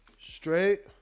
Straight